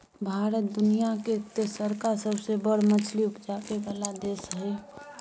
भारत दुनिया के तेसरका सबसे बड़ मछली उपजाबै वाला देश हय